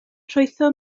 trwytho